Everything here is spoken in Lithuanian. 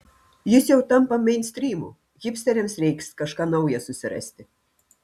jis jau tampa meinstrymu hipsteriams reiks kažką naują susirasti